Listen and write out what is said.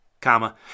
comma